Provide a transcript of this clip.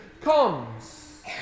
comes